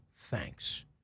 thanks